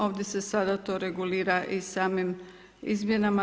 Ovdje se sada to regulira i samim izmjenama.